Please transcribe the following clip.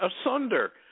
asunder